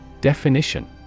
Definition